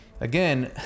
again